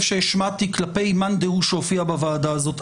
שהשמעתי כלפי מאן דהוא שהופיע בוועדה הזאת,